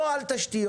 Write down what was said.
לא על תשתיות,